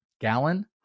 gallon